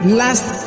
last